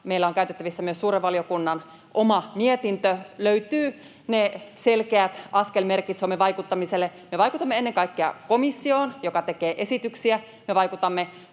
meillä on käytettävissä myös suuren valiokunnan oma mietintö, löytyy ne selkeät askelmerkit Suomen vaikuttamiselle. Me vaikutamme ennen kaikkea komissioon, joka tekee esityksiä, me vaikutamme